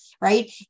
right